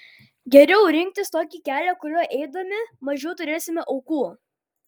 geriau rinktis tokį kelią kuriuo eidami mažiau turėsime aukų